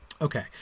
Okay